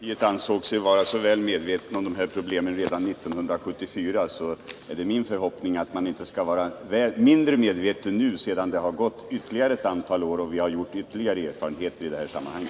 Herr talman! Om man inom folkpartiet redan 1974 ansåg sig så väl medveten om dessa problem, är det min förhoppning att man inte skall vara mindre medveten om dem nu sedan det har gått ytterligare ett antal år och vi har gjort ytterligare erfarenheter i detta sammanhang.